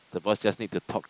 the boss just need to talk